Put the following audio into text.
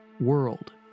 world